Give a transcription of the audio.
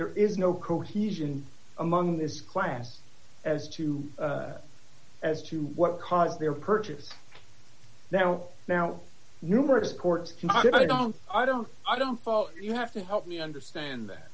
there is no cohesion among this class as to as to what caused their purchase now now numerous courts can i don't i don't i don't follow you have to help me understand that